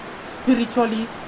spiritually